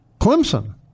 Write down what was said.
Clemson